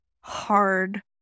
hard